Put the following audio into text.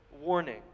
warning